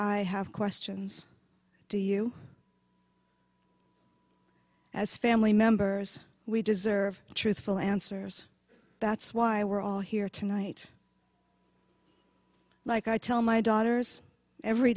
i have questions to you as family members we deserve truthful answers that's why we're all here tonight like i tell my daughters every